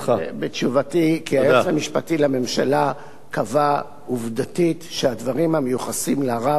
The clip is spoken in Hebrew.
היועץ המשפטי לממשלה קבע עובדתית שהדברים המיוחסים לרב לא נאמרו על-ידו.